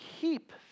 keep